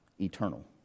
eternal